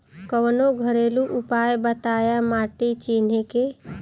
कवनो घरेलू उपाय बताया माटी चिन्हे के?